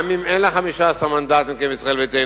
גם אם אין לה 15 מנדטים כלישראל ביתנו,